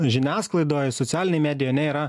žiniasklaidoj socialinėj medijoj ane yra